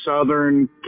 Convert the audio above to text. southern